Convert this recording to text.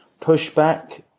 pushback